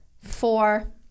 four